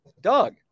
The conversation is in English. Doug